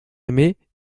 aimé